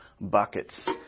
buckets